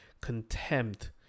contempt